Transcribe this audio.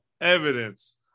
evidence